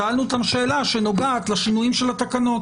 שאלנו אותם שאלה שנוגעת לשינויים של התקנות.